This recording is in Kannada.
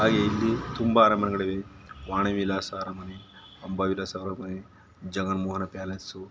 ಹಾಗೆ ಇಲ್ಲಿ ತುಂಬ ಅರಮನೆಗಳಿವೆ ವಾಣಿ ವಿಳಾಸ ಅರಮನೆ ಅಂಬಾ ವಿಳಾಸ ಅರಮನೆ ಜಗನ್ ಮೋಹನ ಪ್ಯಾಲೇಸು